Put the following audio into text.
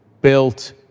built